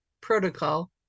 protocol